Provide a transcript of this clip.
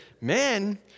man